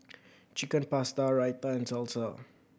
Chicken Pasta Raita and Salsa